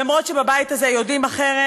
אף שבבית הזה יודעים אחרת.